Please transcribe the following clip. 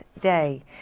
day